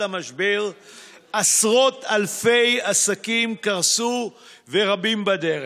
המשבר עשרות אלפי עסקים קרסו ורבים בדרך.